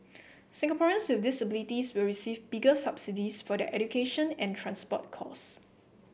Singaporeans with disabilities will receive bigger subsidies for their education and transport costs